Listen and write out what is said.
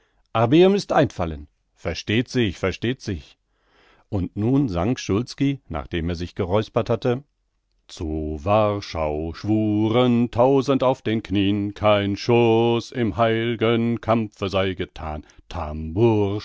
aber ihr müßt einfallen versteht sich versteht sich und nun sang szulski nachdem er sich geräuspert hatte zu warschau schwuren tausend auf den knieen kein schuß im heil'gen kampfe sei gethan